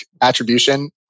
attribution